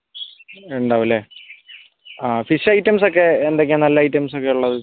ഉണ്ടാവും അല്ലേ ആ ഫിഷ് ഐറ്റംസൊക്കെ എന്തൊക്കെയാ നല്ല ഐറ്റംസൊക്കെ ഉള്ളത്